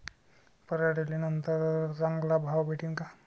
पराटीले नंतर चांगला भाव भेटीन का?